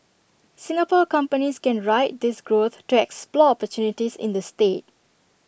Singapore companies can ride this growth to explore opportunities in the state